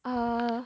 err